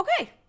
okay